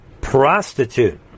Prostitute